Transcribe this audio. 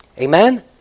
Amen